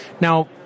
Now